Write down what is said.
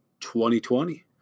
2020